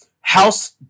house